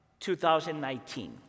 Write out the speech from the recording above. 2019